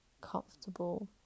comfortable